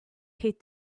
hit